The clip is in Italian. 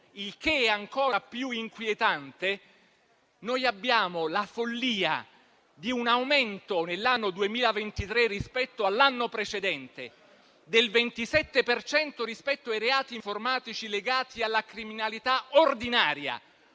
il che è ancora più inquietante, abbiamo la follia di un aumento nell'anno 2023 rispetto all'anno precedente del 27 per cento rispetto ai reati informatici legati alla criminalità ordinaria,